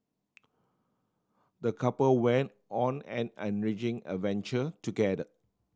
the couple went on an enriching adventure together